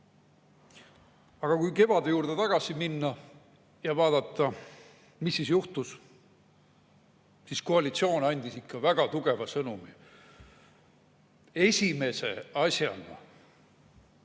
kui kevade juurde tagasi minna ja vaadata, mis siis juhtus, siis näeme, et koalitsioon andis ikka väga tugeva sõnumi. Esimese asjana